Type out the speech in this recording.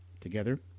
together